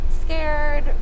scared